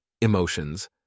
emotions